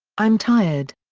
i'm tired.